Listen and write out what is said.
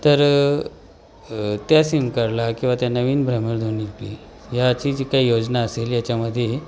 तर त्या सिम कार्डला किंवा त्या नवीन भ्रमणध्वनीची याची जी काही योजना असेल याच्यामध्ये